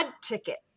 ticket